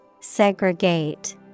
Segregate